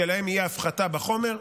שלהם תהיה הפחתה בחומר.